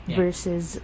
versus